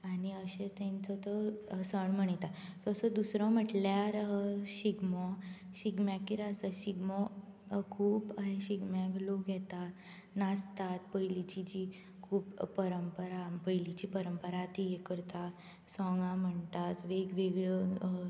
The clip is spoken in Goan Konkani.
आनी अशे तेंचो तो सण मनयतात सो दुसरो म्हटल्यार शिगमो शिगम्याक कितें आसा की शिगमो खूब शिगम्याक लोक येता नाचतात पयलींची जी खूब परंपरा पयलींची परंपरा ती करता सोंगां म्हणटात वेग वेगळ्यो